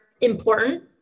important